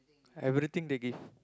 everything they give